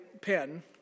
pen